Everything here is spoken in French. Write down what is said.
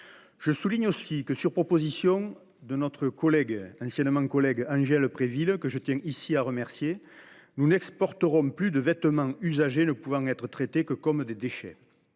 Je souligne aussi que, sur proposition de notre ancienne collègue Angèle Préville, que je tiens ici à remercier, nous n’exporterons plus de vêtements usagés ne pouvant être traités que comme des déchets.